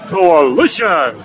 Coalition